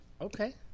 Okay